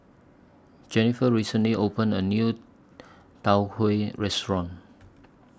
Jenniffer recently opened A New Tau Huay Restaurant